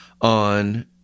on